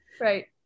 Right